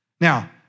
Now